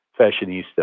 fashionista